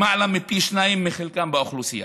למעלה מפי שניים מחלקם באוכלוסייה.